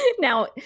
Now